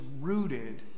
rooted